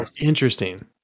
Interesting